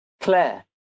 Claire